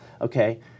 Okay